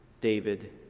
David